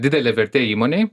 didelė vertė įmonei